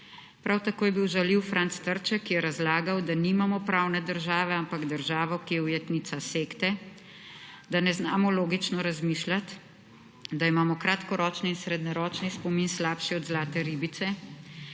Prav tako je bil žaljiv Franc Trček, ki je razlagal, da nimamo prane države, ampak državo, ki je ujetnica sekte, da ne znamo logično razmišljati, da imamo kratkoročne in srednjeročni spomin slabši od zlate ribice.